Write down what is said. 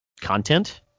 content